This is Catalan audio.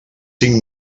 cinc